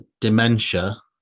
dementia